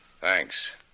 thanks